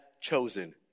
chosen